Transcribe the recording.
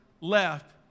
left